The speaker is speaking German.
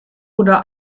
oder